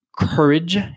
courage